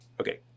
Okay